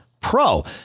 Pro